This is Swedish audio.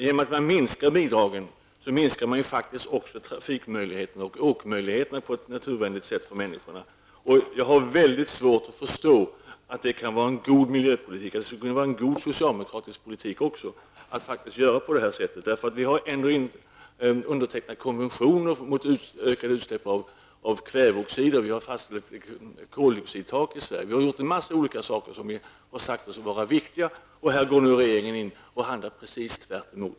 Genom att man minskar bidragen, minskar man faktiskt också trafikmöjligheterna och åkmöjligheterna på ett naturvänligt sätt för människorna. Jag har väldigt svårt att förstå att det kan vara en god miljöpolitik -- det kunde vara en god socialdemokratisk politik också -- att man gör på det här sättet. Vi har ändå undertecknat en konvention mot ökade utsläpp av kväveoxider. Vi har fastställt ett koldioxidtak i Sverige. Vi har gjort en mängd andra saker som vi säger är viktiga för oss. Här handlar nu regeringen precis tvärtom.